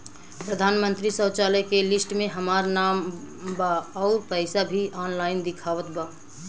प्रधानमंत्री शौचालय के लिस्ट में हमार नाम बा अउर पैसा भी ऑनलाइन दिखावत बा